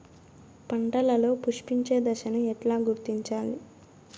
పంటలలో పుష్పించే దశను ఎట్లా గుర్తించాలి?